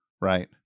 Right